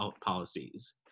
policies